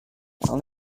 while